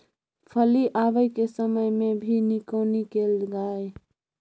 फली आबय के समय मे भी निकौनी कैल गाय?